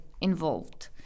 involved